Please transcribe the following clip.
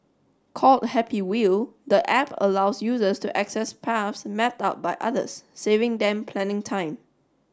called Happy Wheel the app allows users to access path mapped out by others saving them planning time